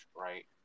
right